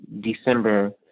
December